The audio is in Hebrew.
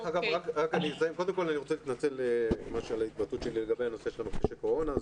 אני רוצה להתנצל על ההתבטאות שלי לגבי הנושא של מכחישי קורונה.